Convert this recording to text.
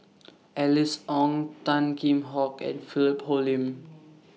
Alice Ong Tan Kheam Hock and Philip Hoalim